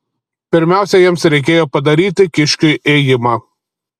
pirmiausia jiems reikėjo padaryti kiškiui įėjimą